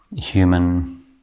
human